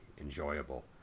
enjoyable